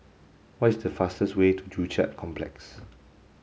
what is the fastest way to Joo Chiat Complex